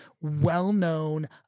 well-known